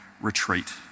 retreat